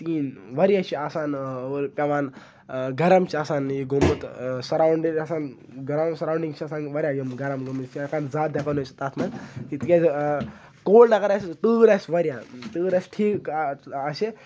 واریاہ چھِ آسان پیٚوان گرم چھُ آسان گوٚومُت سَرونڈِنگ آسان سرونڈنگ چھِ آسان واریاہ گرم گٔمٕتۍ أسۍ چھِ ہیٚکان زیادٕ بیہوو نہٕ أسۍ تَتھ منٛز تِکیازِ کولڑ اَگر آسہِ تۭر آسہِ واریاہ تۭر آسہِ ٹھیٖک آسہِ